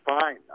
fine